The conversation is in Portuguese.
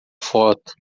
foto